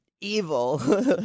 evil